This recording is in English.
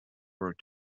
work